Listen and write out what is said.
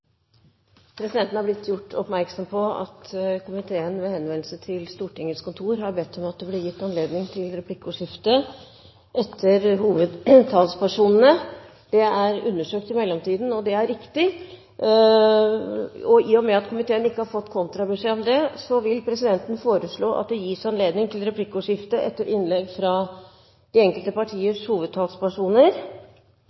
Presidenten er blitt gjort oppmerksom på at komiteen ved henvendelse til Stortingets kontor har bedt om at det blir gitt anledning til replikkordskifte etter hovedtalspersonene. Det er undersøkt i mellomtiden, og det er riktig. I og med at komiteen ikke har fått kontrabeskjed om det, vil presidenten foreslå at det gis anledning til replikkordskifte etter innlegg fra de enkelte